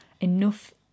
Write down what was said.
enough